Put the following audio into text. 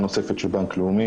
הבנק.